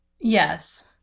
Yes